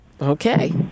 Okay